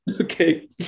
Okay